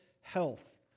health